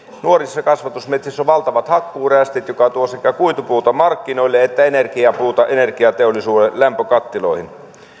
nuorissa kasvatusmetsissä on valtavat hakkuurästit mikä tuo sekä kuitupuuta markkinoille että energiapuuta energiateollisuuden lämpökattiloihin